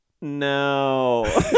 no